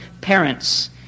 parents